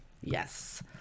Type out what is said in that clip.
Yes